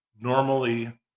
normally